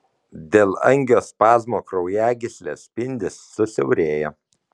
dėl angiospazmo kraujagyslės spindis susiaurėja